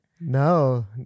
No